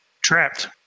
Trapped